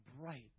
bright